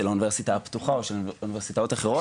של האוניברסיטה הפתוחה או של אוניברסיטאות האחרות,